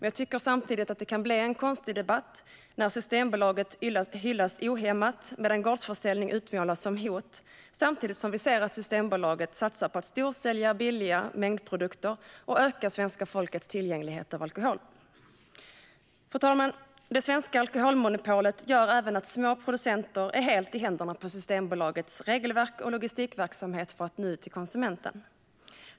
Jag tycker dock att det blir en konstig debatt när Systembolaget hyllas ohämmat medan gårdsförsäljning utmålas som ett hot, samtidigt som vi ser att Systembolaget satsar på att storsälja billiga mängdprodukter och öka tillgängligheten till alkohol för svenska folket. Fru talman! Det svenska alkoholmonopolet gör även att små producenter är helt i händerna på Systembolagets regelverk och logistikverksamhet för att nå ut till konsumenten.